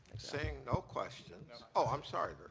seeing no questions ah i'm sorry. but